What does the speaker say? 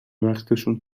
وقتشون